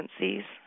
agencies